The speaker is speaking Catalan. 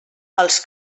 els